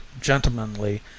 gentlemanly